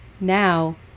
now